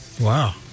Wow